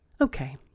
Okay